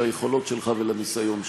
ליכולות שלך ולניסיון שלך.